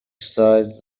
سایز